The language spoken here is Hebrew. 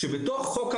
שבתוכו,